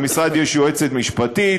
למשרד יש יועצת משפטית,